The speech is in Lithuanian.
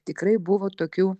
tikrai buvo tokių